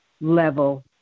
level